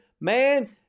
man